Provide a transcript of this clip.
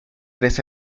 tres